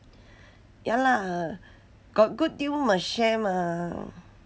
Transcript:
ya lah got good deal must share mah